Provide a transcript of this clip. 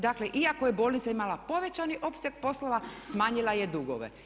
Dakle iako je bolnica imala povećani opseg poslova smanjila je dugove.